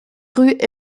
rue